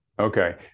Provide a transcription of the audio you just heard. Okay